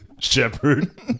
Shepherd